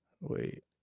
Wait